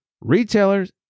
retailers